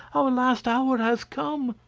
our last hour has come.